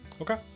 okay